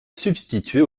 substituer